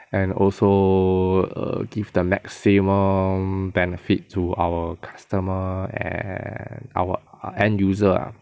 and also err give the maximum benefit to our customer and our err end user lah